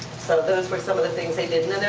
so those were some of the things they did,